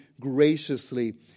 graciously